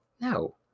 No